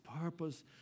purpose